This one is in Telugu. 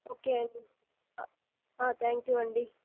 ఓకే అండి థ్యాంక్ యూ అండి